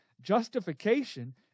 Justification